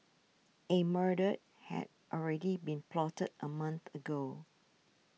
a murder had already been plotted a month ago